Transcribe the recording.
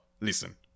listen